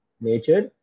nature